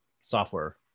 software